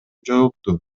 жоопту